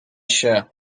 się